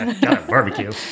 barbecue